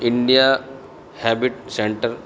India habit centre